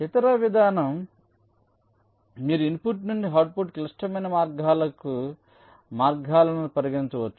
ఇతర విధానం మీరు ఇన్పుట్ నుండి అవుట్పుట్ క్లిష్టమైన మార్గాలకు మార్గాలను పరిగణించవచ్చు